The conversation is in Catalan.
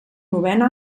novena